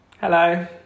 Hello